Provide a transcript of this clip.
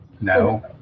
No